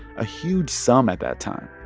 a huge sum at that time.